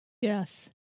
Yes